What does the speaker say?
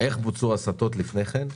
איך בוצעו ההסטות לפני כן,